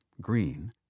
green